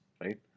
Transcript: right